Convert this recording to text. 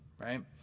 right